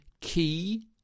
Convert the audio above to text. key